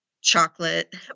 chocolate